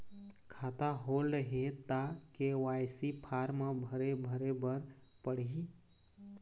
खाता होल्ड हे ता के.वाई.सी फार्म भरे भरे बर पड़ही?